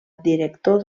director